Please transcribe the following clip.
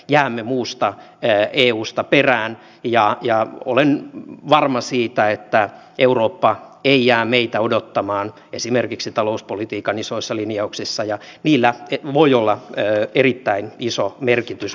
janne muusta ja hiusta perään ja ja olen varma siitä että eurooppa ei jää meitä odottamaan esimerkiksi talouspolitiikan isoissa linjauksissa ja niillä voi olla ja erittäin iso merkitys